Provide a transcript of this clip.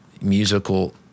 musical